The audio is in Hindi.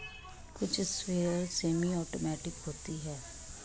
कुछ स्प्रेयर सेमी ऑटोमेटिक होते हैं